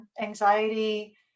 anxiety